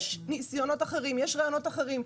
יש ניסיונות אחרים, יש רעיונות אחרים.